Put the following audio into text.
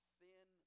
thin